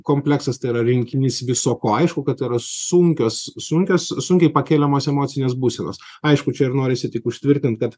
kompleksas tai yra rinkinys viso ko aišku kad tai yra sunkios sunkios sunkiai pakeliamos emocinės būsenos aišku čia ir norisi tik užtvirtint kad